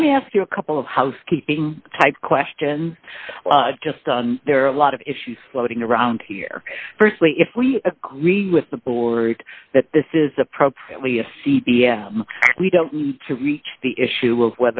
let me ask you a couple of housekeeping type questions just on there are a lot of issues floating around here firstly if we agree with the board that this is appropriately a c b s we don't need to reach the issue of